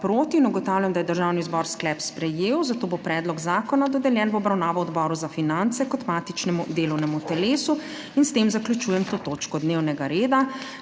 Ugotavljam, da je Državni zbor sklep sprejel, zato bo predlog zakona dodeljen v obravnavo Odboru za finance kot matičnemu delovnemu telesu. S tem zaključujem to točko dnevnega reda.